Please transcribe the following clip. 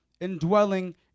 indwelling